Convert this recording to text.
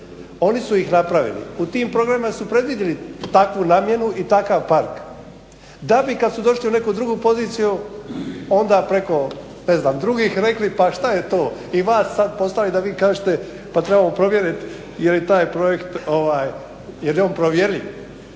Oni su ih napravili. U tim programima su predvidjeli takvu namjenu i takav park, da bi kad su došli u neku drugu poziciju onda preko ne znam drugih rekli pa šta je to i vas sad poslali da vi kažete pa trebamo provjeriti je li taj projekt, je li on provjerljiv.